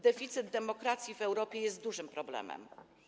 Deficyt demokracji w Europie jest dużym problemem.